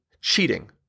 cheating